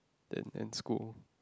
in in school